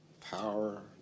Power